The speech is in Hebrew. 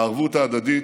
הערבות ההדדית,